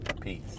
peace